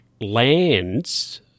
lands